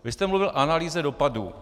Vy jste mluvil o analýze dopadů.